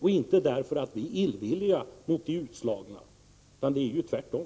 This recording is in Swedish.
och inte därför att vi är illvilliga mot de utslagna. Det är ju tvärtom!